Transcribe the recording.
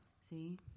See